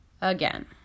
again